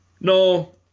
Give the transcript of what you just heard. No